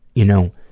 you know,